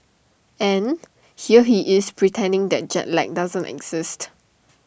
and here he is pretending that jet lag does not exist